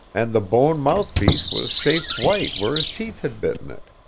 and the bone mouthpiece was chafed white where his teeth had bitten it.